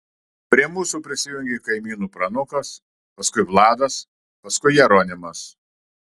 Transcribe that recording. prie mūsų prisijungė kaimynų pranukas paskui vladas paskui jeronimas